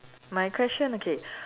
my question okay